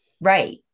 Right